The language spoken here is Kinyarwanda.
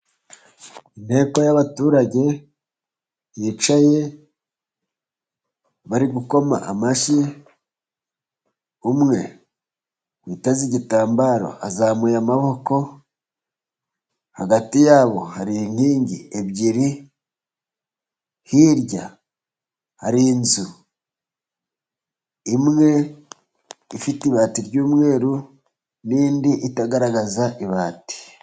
Inteko y'abaturage yicaye bari gukoma amashyi umwe yiteze igitambaro azamuye amaboko, hagati yabo hari inkingi ebyiri hirya hari inzu imwe ifite ibati ry'umweru n'indi itagaragaza ibati.